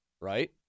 right